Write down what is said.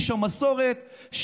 איש המסורת,